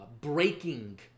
breaking